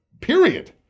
period